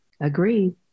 agreed